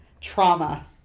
trauma